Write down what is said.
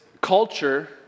culture